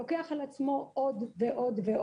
לוקח על עצמו עוד ועוד,